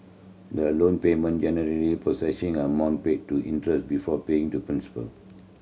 the loan payment generally procession amount paid to interest before paying to principal